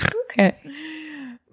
Okay